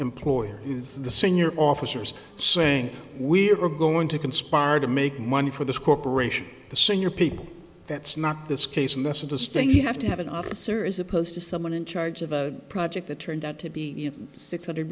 employee is the senior officers saying we're going to conspire to make money for this corporation the senior people that's not this case and that's interesting you have to have an officer is opposed to someone in charge of a project that turned out to be six hundred